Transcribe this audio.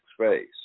space